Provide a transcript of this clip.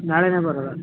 ನಾಳೆಯೇ ಬರೋದಾ